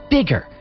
Bigger